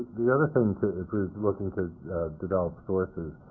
the other thing to if you're looking to develop sources,